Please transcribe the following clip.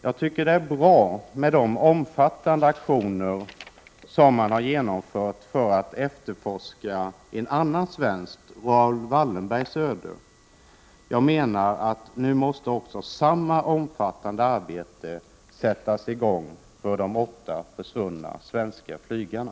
Jag tycker det är bra med de omfattande aktioner som har genomförts för att efterforska ödet för en annan svensk, Raoul Wallenberg. Jag menar att samma omfattande arbete nu måste sättas i gång för de åtta försvunna svenska flygarna.